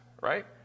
right